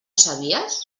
sabies